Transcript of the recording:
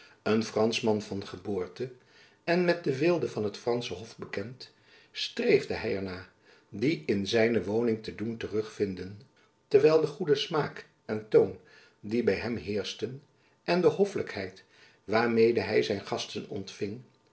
een franschman van geboorte en met de weelde van het fransche hof bekend streefde hy er naar die in zijne woning te doen terugvinden terwijl de goede smaak en toon die by hem heerschten en de hoflijkheid waarmede hy zijn gasten ontfing